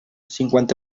cinquanta